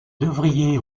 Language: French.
devriez